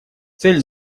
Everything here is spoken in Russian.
цель